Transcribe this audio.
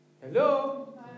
Hello